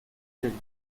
degli